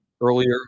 Earlier